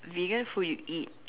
vegan food you eat